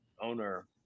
owner